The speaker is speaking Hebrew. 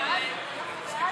הלאומי (תיקון,